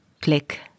Click